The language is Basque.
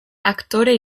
aktore